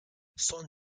song